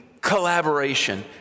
collaboration